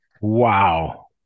wow